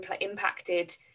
impacted